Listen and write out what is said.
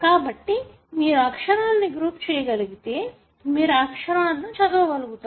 కాబట్టి మీరు అక్షరాలను గ్రూప్ చేయగలిగితే మీరు ఆ అక్షరాలా చదవగలుగుతారు